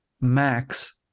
Max